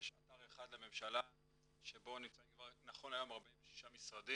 יש אתר אחד לממשלה שבו נמצאים כבר נכון להיום 46 משרדים,